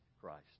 Christ